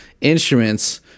instruments